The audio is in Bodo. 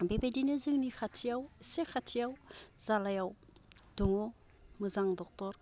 बेबायदिनो जोंनि खाथियाव एसे खाथियाव जालायाव दङ मोजां ड'क्टर